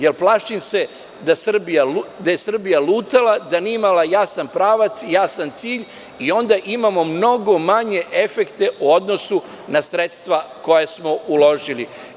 Jer, plašim se da je Srbija lutala da nije imala jasan pravac, jasan cilj i onda imamo mnogo manje efekte u odnosu na sredstva koja smo uložili.